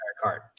card